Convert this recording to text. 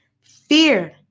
fear